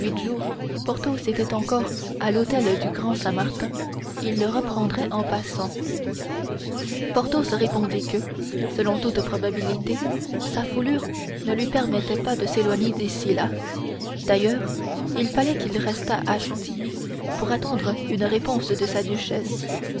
huit jours porthos était encore à l'hôtel du grand saint martin il le reprendrait en passant porthos répondit que selon toute probabilité sa foulure ne lui permettrait pas de s'éloigner d'ici là d'ailleurs il fallait qu'il restât à chantilly pour attendre une réponse de sa duchesse